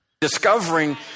Discovering